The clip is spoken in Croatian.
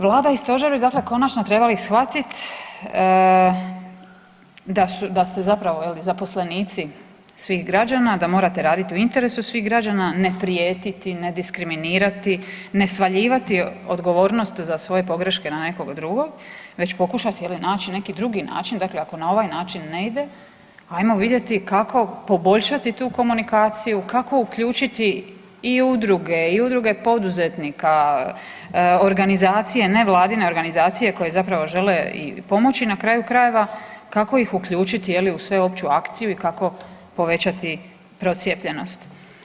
Vlada i stožer bi dakle konačno trebali shvatit da ste zapravo je li zaposlenici svih građana, da morate raditi u interesu svih građana, ne prijetiti, ne diskriminirati, ne svaljivati odgovornost za svoje pogreške na nekog drugog već pokušat je li naći neki drugi način, dakle ako na ovaj način ne ide, ajmo vidjeti kako poboljšati tu komunikaciju, kako uključiti i udruge i udruge poduzetnika, organizacije, nevladine organizacije koje zapravo žele i pomoći na kraju krajeva kako ih uključiti je li u sveopću akciju i kako povećati procijepljenost.